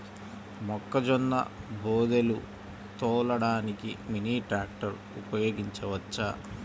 మొక్కజొన్న బోదెలు తోలడానికి మినీ ట్రాక్టర్ ఉపయోగించవచ్చా?